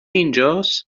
اینجاست